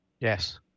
Yes